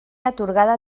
atorgada